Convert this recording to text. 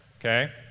Okay